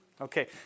Okay